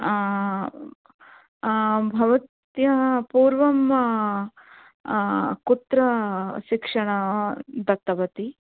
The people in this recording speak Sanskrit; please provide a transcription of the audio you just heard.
भवत्या पूर्वं कुत्र शिक्षण दत्तवती